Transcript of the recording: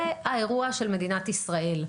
זה האירוע של מדינת ישראל.